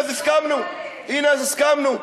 הנה, אז הסכמנו.